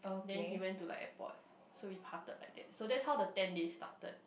then he went to like airport so we parted like that so that's how the ten days started